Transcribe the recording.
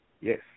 yes